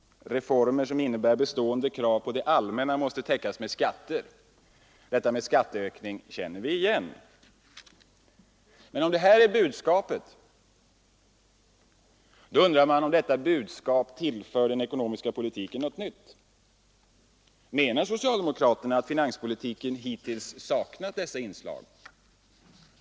Reformer som innebär stående krav på det allmänna ——— måste täckas ——— med skatter.” Detta med skatteökning känner vi också igen. Men om detta är budskapet, då undrar man om detta budskap tillför den ekonomiska politiken något nytt. Menar socialdemokraterna att finanspolitiken hittills saknat dessa inslag?